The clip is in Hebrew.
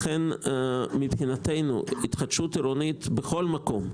לכן, מבחינתנו, התחדשות עירונית בכל מקום.